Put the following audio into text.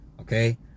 okay